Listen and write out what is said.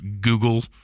Google